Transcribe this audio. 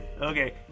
okay